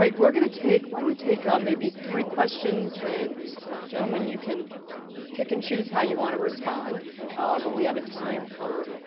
we're gonna take. why don't we take um maybe three questions? and gentlemen, you can pick and choose how you want to respond, but we have a time for,